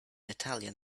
italian